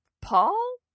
Paul